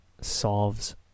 solves